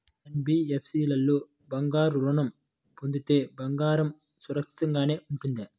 NBFC లో బంగారు ఋణం పొందితే బంగారం సురక్షితంగానే ఉంటుందా?